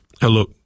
Hello